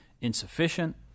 insufficient